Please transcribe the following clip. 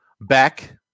back